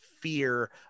fear